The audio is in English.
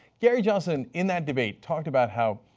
gary johnson in that debate talked about how,